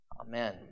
amen